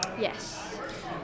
Yes